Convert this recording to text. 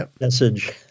message